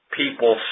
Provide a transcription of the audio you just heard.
people